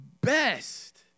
best